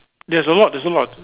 there's a lot there's a lot